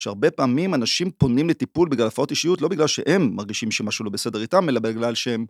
‫שהרבה פעמים אנשים פונים לטיפול ‫בגלל הפרעות אישיות ‫לא בגלל שהם מרגישים ‫שמשהו לא בסדר איתם, ‫אלא בגלל שהם...